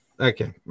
Okay